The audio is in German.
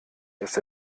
dass